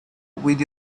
with